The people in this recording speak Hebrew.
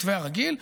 במתווה הרגיל.